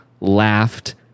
laughed